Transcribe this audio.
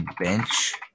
bench